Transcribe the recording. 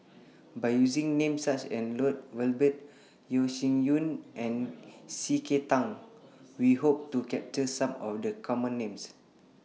By using Names such as Lloyd Valberg Yeo Shih Yun and C K Tang We Hope to capture Some of The Common Names